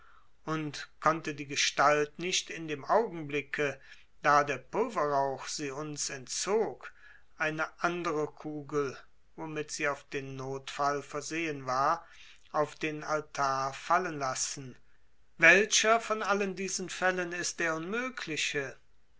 und konnte die gestalt nicht in dem augenblicke da der pulverrauch sie uns entzog eine andere kugel womit sie auf den notfall versehen war auf den altar fallen lassen welcher von allen diesen fällen ist der unmögliche